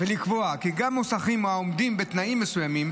ולקבוע כי גם מוסכים העומדים בתנאים מסוימים